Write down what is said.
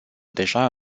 deja